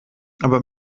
aber